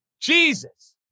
Jesus